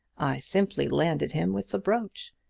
i simply landed him with the brooch.